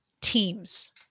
teams